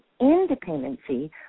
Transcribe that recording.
independency